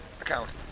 account